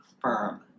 firm